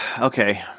Okay